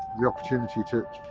the opportunity to,